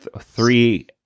three